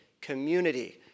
community